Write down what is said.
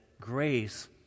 grace